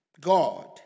God